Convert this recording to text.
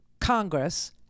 Congress